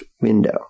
window